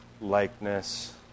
likeness